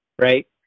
right